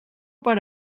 per